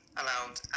allowed